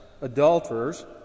adulterers